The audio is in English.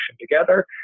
together